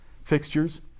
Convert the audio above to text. fixtures